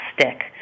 stick